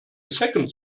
second